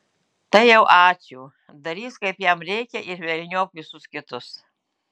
tai jau ačiū darys kaip jam reikia ir velniop visus kitus